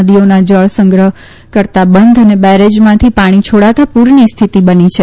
નદીઓના જળ સંગ્રહ કરતા બંધ અને બેરેજમાંથી પાણી છોડાતાં પુરની હ્યુતિ બની છે